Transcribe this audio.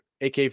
AK